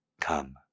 come